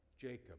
Jacob